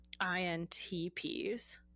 INTPs